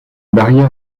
barrière